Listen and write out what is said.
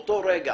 כבוד היושב-ראש,